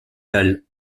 dalle